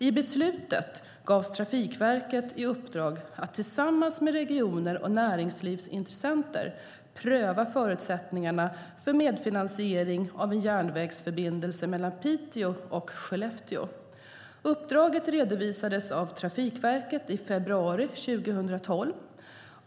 I beslutet gavs Trafikverket i uppdrag att tillsammans med regioner och näringslivsintressenter pröva förutsättningarna för medfinansiering av en järnvägsförbindelse mellan Piteå och Skellefteå. Uppdraget redovisades av Trafikverket i februari 2012.